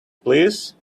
please